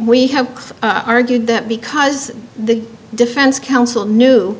we have argued that because the defense counsel knew